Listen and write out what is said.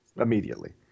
Immediately